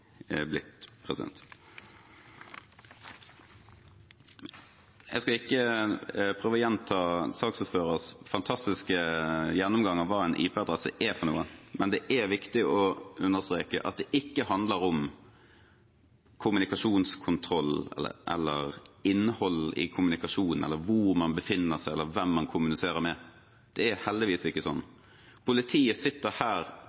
blitt. Jeg skal ikke prøve å gjenta saksordførerens fantastiske gjennomgang av hva en IP-adresse er for noe, men det er viktig å understreke at det ikke handler om kommunikasjonskontroll, innholdet i kommunikasjonen, hvor man befinner seg, eller hvem man kommuniserer med. Det er heldigvis ikke sånn. Politiet sitter her.